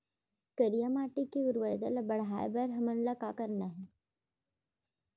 करिया माटी के उर्वरता ला बढ़ाए बर हमन ला का करना हे?